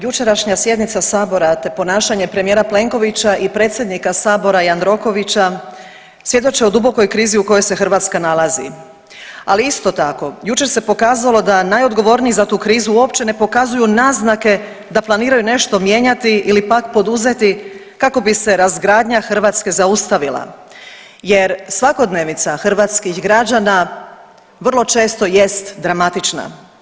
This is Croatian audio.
Jučerašnja sjednica sabora te ponašanje premijera Plenkovića i predsjednik sabora Jandrokovića svjedoče o dubokoj krizi u kojoj se Hrvatska nalazi, ali isto tako jučer se pokazalo da najodgovorniji za tu krizu uopće ne pokazuju naznake da planiraju nešto mijenjati ili pak poduzeti kako bi se razgradnja Hrvatske zaustavila jer svakodnevica hrvatskih građana vrlo često jest dramatična.